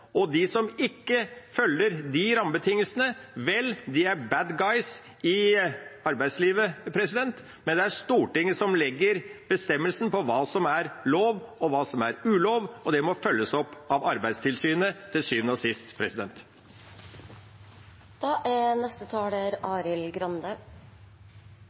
De som ikke følger de rammebetingelsene – vel, de er «bad guys» i arbeidslivet. Men det er Stortinget som bestemmer hva som er lov, og hva som er ulov, og det må følges opp av Arbeidstilsynet til syvende og sist.